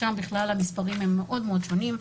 ששם בכלל המספרים מאוד מאוד שונים,